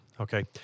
Okay